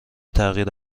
تغییر